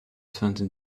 twenty